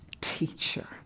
teacher